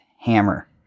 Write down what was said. hammer